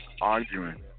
arguing